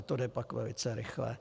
To jde pak velice rychle.